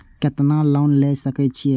केतना लोन ले सके छीये?